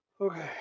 Okay